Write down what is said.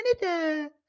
canada